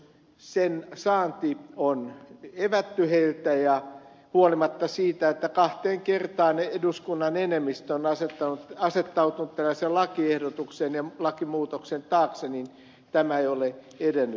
sen saanti on evätty heiltä ja huolimatta siitä että kahteen kertaan eduskunnan enemmistö on asettautunut tällaisen lakiehdotuksen ja lakimuutoksen taakse tämä ei ole yhden